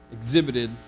exhibited